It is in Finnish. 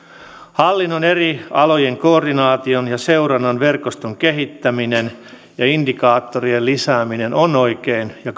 hallinnon eri alojen koordinaation ja seurannan verkoston kehittäminen ja indikaattorien lisääminen ovat oikein ja